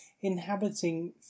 inhabiting